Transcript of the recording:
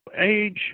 Age